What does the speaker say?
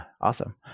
Awesome